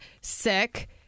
sick